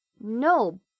no